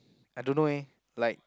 I don't know eh like